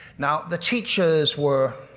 now the teachers were.